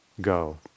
go